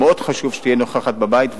מאוד חשוב שתהיה נוכחת בבית.